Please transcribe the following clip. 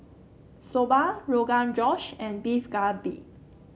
Soba Rogan Josh and Beef Galbi